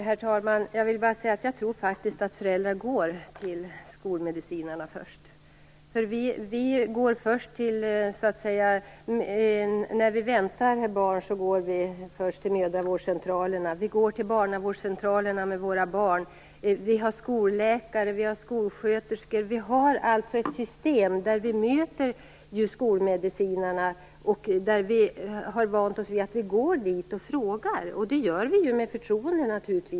Herr talman! Jag tror faktiskt att föräldrar går till skolmedicinarna först. När vi väntar barn går vi först till mödravårdscentralerna. Vi går till barnavårdscentralerna med våra barn. Vi har skolläkare och skolsköterskor. Vi har alltså ett system där vi möter skolmedicinarna, och vi har vant oss vid att gå dit och fråga. Det gör vi naturligtvis med förtroende.